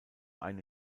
eine